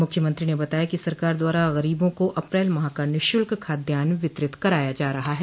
मुख्यमंत्री ने बताया कि सरकार द्वारा गरीबों को अप्रैल माह का निःशुल्क खाद्यान्न वितरित कराया जा रहा है